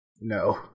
No